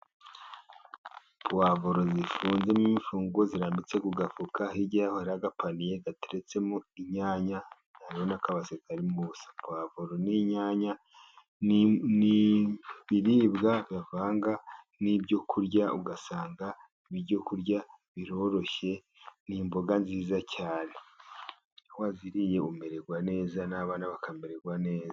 Puwavuro zifunzemo imifungo zirambitse ku gafuka, hirya yaho hari agapaniye gateretsemo inyanya, hariho n'akabase karimo ubusa ,puwavuro n'inyanya ni ibiribwa bavanga n'ibyo kurya ugasanga ibyo kurya biroroshye, ni imboga nziza cyane, waziriye umererwa neza n'abana bakamererwa neza.